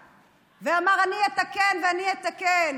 אמר: אני אתקן ואני אתקן,